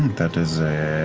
that is a